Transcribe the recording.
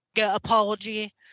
apology